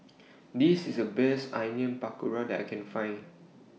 This IS The Best Onion Pakora that I Can Find